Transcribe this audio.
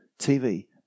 TV